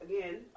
again